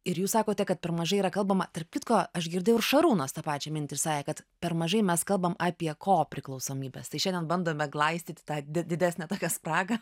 ir jūs sakote kad per mažai yra kalbama tarp kitko aš girdėjau ir šarūnas tą pačią mintį sakė kad per mažai mes kalbam apie ko priklausomybes tai šiandien bandome glaistyti tą didesnę tokią spragą